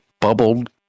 bubbled